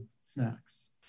snacks